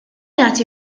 jagħti